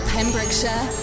Pembrokeshire